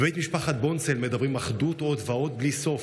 בבית משפחת בונצל מדברים אחדות עוד ועוד, בלי סוף.